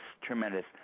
Tremendous